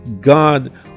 God